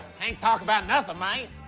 can't talk about nothing man.